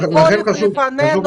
ועוד החורף לפנינו.